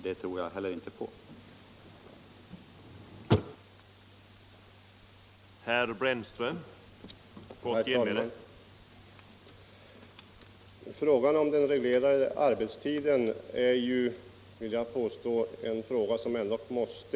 Det tror jag nämligen inte heller på.